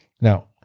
Now